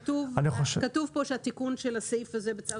כתוב כאן שהתיקון של הסעיף הזה בצו